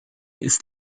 ist